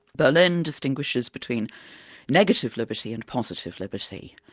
berlin distinguishes between negative liberty and positive liberty,